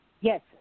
Yes